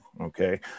Okay